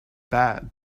bad